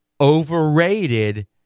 overrated